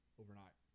overnight